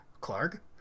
clark